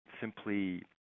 simply